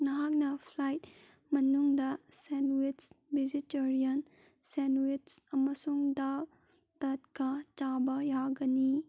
ꯅꯍꯥꯛꯅ ꯐ꯭ꯂꯥꯏꯠ ꯃꯅꯨꯡꯗ sandwich vegetarian sandwich ꯑꯃꯁꯨꯡ ꯗꯥꯛ ꯇꯠꯀꯥ ꯆꯥꯕ ꯌꯥꯒꯅꯤ